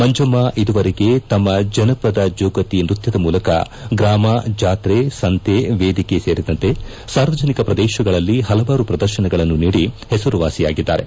ಮಂಜಮ್ಮ ಇದುವರೆಗೆ ತಮ್ಮ ಜನಪದ ಜೋಗತಿ ನೃತ್ತದ ಮೂಲಕ ಗ್ರಾಮ ಜಾತ್ರೆ ಸಂತೆ ವೇದಿಕೆ ಸೇರಿದಂತೆ ಸಾರ್ವಜನಿಕ ಪ್ರದೇಶಗಳಲ್ಲಿ ಪಲವಾರು ಪ್ರದರ್ಶನಗಳನ್ನು ನೀಡಿ ಪಸರುವಾಸಿಯಾಗಿದ್ದಾರೆ